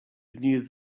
beneath